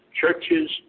churches